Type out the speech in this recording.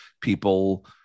People